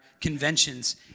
conventions